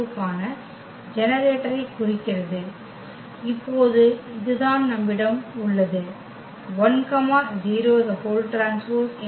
தீர்வுக்கான ஜெனரேட்டரைக் குறிக்கிறது இப்போது இதுதான் நம்மிடம் உள்ளது 1 0T